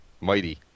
Mighty